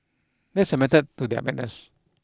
there is a method to their madness